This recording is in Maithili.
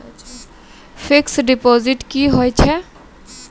फिक्स्ड डिपोजिट की होय छै?